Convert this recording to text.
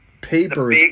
paper